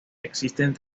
existen